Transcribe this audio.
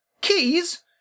Keys